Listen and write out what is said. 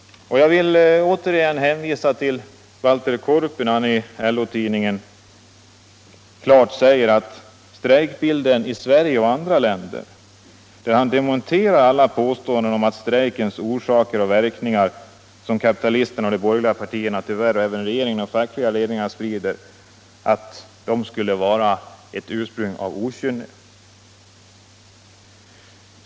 Jag vill återigen hänvisa till Valter Korpi, som i LO-tidningen kartlagt strejkbilden i Sverige och andra länder. Han dementerar alla de påståenden om strejkernas orsaker och verkningar som kapitalisterna, de borgerliga partierna och tyvärr även regeringen och fackliga ledningar sprider — att strejkerna skulle ha sitt ursprung i okynne.